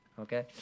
okay